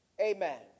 Amen